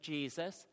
Jesus